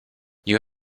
you